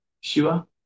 Sure